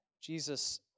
Jesus